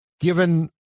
given